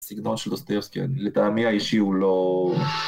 סגנון של אוסטרסקי, לטעמי האישי הוא לא...